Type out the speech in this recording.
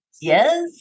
yes